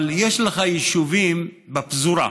אבל יש לך יישובים בפזורה שיושבים,